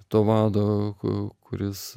to vado ku kuris